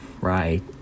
right